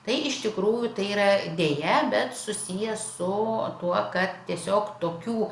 tai iš tikrųjų tai yra deja bet susiję su tuo kad tiesiog tokių